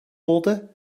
wurde